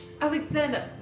Alexander